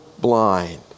blind